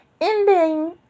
ending